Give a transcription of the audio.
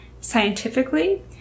scientifically